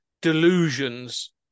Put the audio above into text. delusions